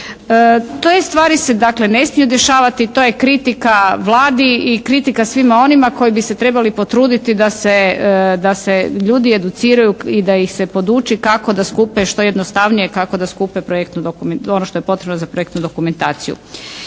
se ustvari ne smiju dešavati. To je kritika Vladi i kritika svima onima koji bi se trebali potruditi da se ljudi educiraju i da ih se poduči kako da skupe što jednostavnije, kako da skupe projektnu dokumentaciju,